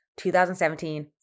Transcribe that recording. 2017